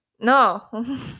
no